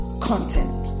content